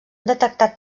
detectat